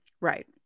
Right